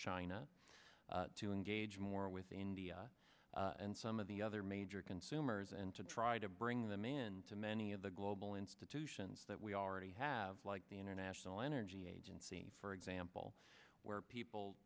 china to engage more with india and some of the other major consumers and to try to bring them into many of the global institutions that we already have like the international energy agency for example where people